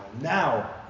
now